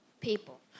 people